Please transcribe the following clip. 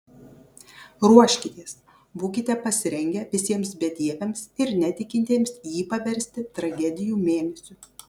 ruoškitės būkite pasirengę visiems bedieviams ir netikintiems jį paversti tragedijų mėnesiu